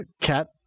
cat